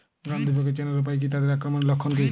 গন্ধি পোকা চেনার উপায় কী তাদের আক্রমণের লক্ষণ কী?